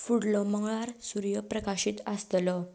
फुडलो मंगळार सुर्य प्रकाशीत आसतलो